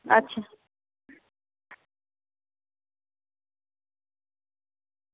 अच्छा